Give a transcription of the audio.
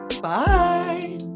Bye